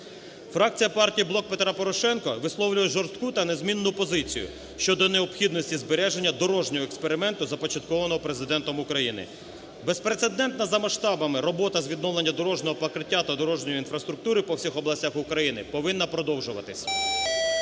Фракція партії "Блок Петра Порошенка" висловлює жорстку та незмінну позицію щодо необхідності збереження дорожнього експерименту, започаткованого Президентом України. Безпрецедентна за масштабами робота з відновлення дорожнього покриття та дорожньої інфраструктури по всіх областях України повинна продовжуватись.